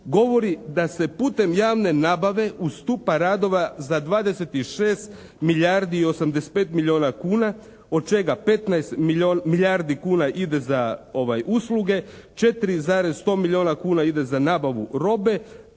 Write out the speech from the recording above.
govori da se putem javne nabave ustupa radova za 26 milijardi i 85 milijuna kuna od čega 15 milijardi kuna ide za usluge, 4,100 milijuna kuna ide za nabavu robe,